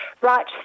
right